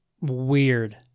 weird